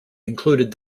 included